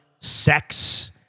sex